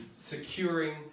securing